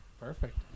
Perfect